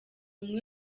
umwe